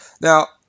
Now